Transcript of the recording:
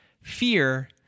fear